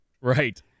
Right